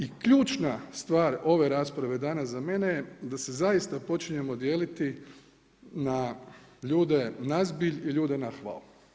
I ključna stvar ove rasprave danas za mene je da se zaista počinjenom dijeliti na ljude nazbilj i ljude nahvao.